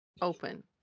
open